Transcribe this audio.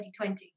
2020